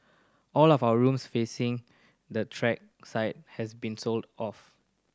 all of our rooms facing the track side has been sold out